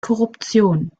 korruption